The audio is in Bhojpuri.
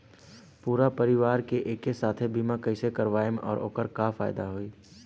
पूरा परिवार के एके साथे बीमा कईसे करवाएम और ओकर का फायदा होई?